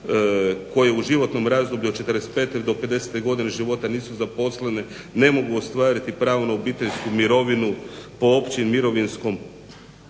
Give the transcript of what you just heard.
koje u životnom razdoblju od 45. do 50. godine života nisu zaposlene ne mogu ostvariti pravo na obiteljsku mirovinu po općem mirovinskom